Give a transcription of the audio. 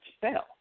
fail